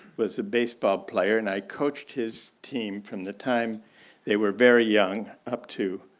was a baseball player and i coached his team from the time they were very young, up to,